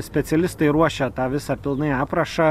specialistai ruošia tą visą pilnai aprašą